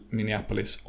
Minneapolis